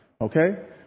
Okay